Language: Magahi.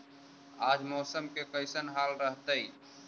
आज मौसम के कैसन हाल रहतइ?